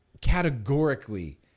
Categorically